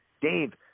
Dave